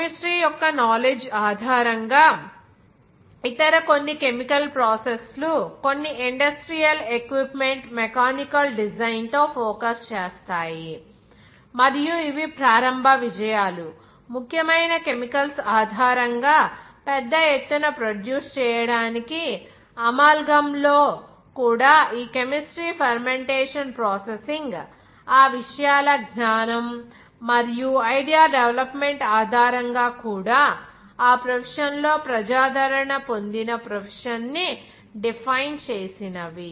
chemistry యొక్క knowledge ఆధారంగా ఇతర కొన్ని కెమికల్ ప్రాసెసస్ లు కొన్ని ఇండస్ట్రియల్ ఎక్విప్మెంట్ మెకానికల్ డిజైన్ తో ఫోకస్ చేసాయి మరియు ఇవి ప్రారంభ విజయాలు ముఖ్యమైన కెమికల్స్ ఆధారంగా పెద్ద ఎత్తున ప్రొడ్యూస్ చేయటానికి అమాల్గమ్ లో కూడా ఈ కెమిస్ట్రీ ఫెర్మెంటేషన్ ప్రాసెసింగ్ ఆ విషయాల జ్ఞానం మరియు ఐడియా డెవలప్మెంట్ ఆధారంగా కూడా ఆ ప్రొఫెషన్ లో ప్రజాదరణ పొందిన ప్రొఫెషన్ ని డిఫైన్ చేసినవి